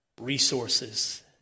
resources